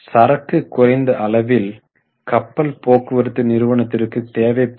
சரக்கு குறைந்த அளவில் கப்பல் போக்குவரத்து நிறுவனத்திற்கு தேவைப்படும்